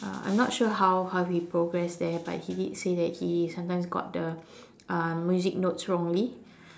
uh I'm not sure how how he progress there but he did say that he sometimes got the um music notes wrongly